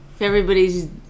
everybody's